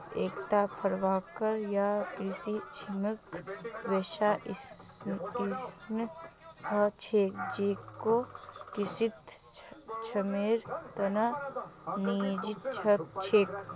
एकता farmworker या कृषि श्रमिक वैसा इंसान ह छेक जेको कृषित श्रमेर त न नियोजित ह छेक